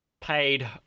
paid